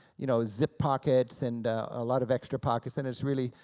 you know, zip pockets, and a lot of extra pockets, and it's really,